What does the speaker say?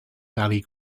valley